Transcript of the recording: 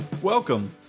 Welcome